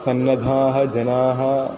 सन्नद्धाः जनाः